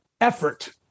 effort